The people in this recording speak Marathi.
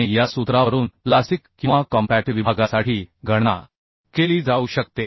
आणि या सूत्रावरून प्लास्टिक किंवा कॉम्पॅक्ट विभागासाठी गणना केली जाऊ शकते